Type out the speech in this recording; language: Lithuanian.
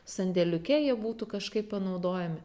sandėliuke jie būtų kažkaip panaudojami